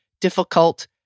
difficult